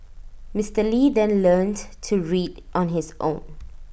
Mister lee then learnt to read on his own